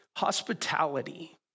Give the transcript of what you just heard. hospitality